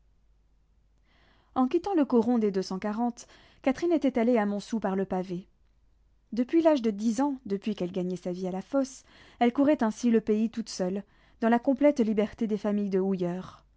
en quittant le coron des deux cent quarante catherine était allée à montsou par le pavé depuis l'âge de dix ans depuis qu'elle gagnait sa vie à la fosse elle courait ainsi le pays toute seule dans la complète liberté des familles de houilleurs